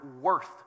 worth